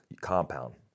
compound